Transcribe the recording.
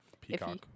Peacock